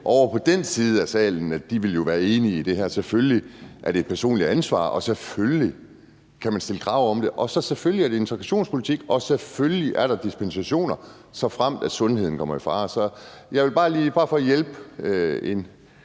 men ellers vidste ministeren det jo godt. Selvfølgelig er det et personligt ansvar, selvfølgelig kan man stille krav om det, selvfølgelig er det integrationspolitik, og selvfølgelig er der dispensationer, såfremt sundheden kommer i fare. Det er bare sådan en nordjysk hjælp til